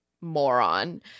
moron